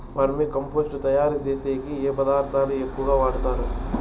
వర్మి compost తయారుచేసేకి ఏ పదార్థాలు ఎక్కువగా వాడుతారు